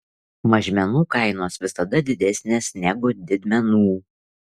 mažmenų kainos visada didesnės negu didmenų